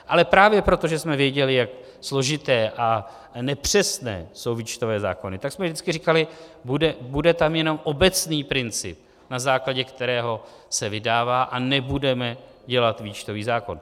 Ale právě proto, že jsme věděli, jak složité a nepřesné jsou výčtové zákony, tak jsme vždycky říkali: bude tam jenom obecný princip, na základě kterého se vydává, a nebudeme dělat výčtový zákon.